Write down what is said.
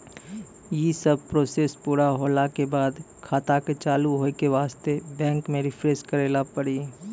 यी सब प्रोसेस पुरा होला के बाद खाता के चालू हो के वास्ते बैंक मे रिफ्रेश करैला पड़ी?